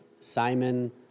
Simon